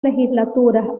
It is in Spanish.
legislaturas